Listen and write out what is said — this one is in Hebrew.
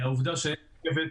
העובדה שהרכבת,